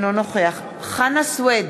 אינו נוכח חנא סוייד,